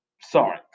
sorry